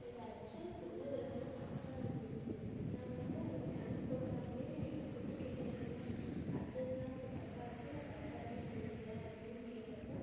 என்னோட அட்ரெஸ் வந்து அதில் ஃபுல்லாக தப்பாக இருந்துச்சி நான் வந்து அங்கே கேம் போட்டவர்களே கூப்பிட்டு கேட்டேன் என்னங்க அட்ரெஸ்லாம் இப்படி தப்பாக இருக்குது நான் கரெக்டாகதானே கொடுத்தேன் அப்படினு கேட்டப்போ